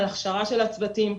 על הכשרה של הצוותים.